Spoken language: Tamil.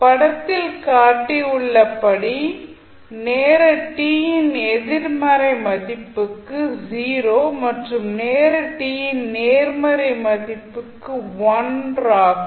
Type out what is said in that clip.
படத்தில் காட்டப்பட்டுள்ள ஸ்டெப் நேர t இன் எதிர்மறை மதிப்புக்கு 0 மற்றும் நேர t இன் நேர்மறை மதிப்புக்கு 1 ஆகும்